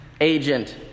agent